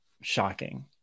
shocking